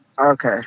Okay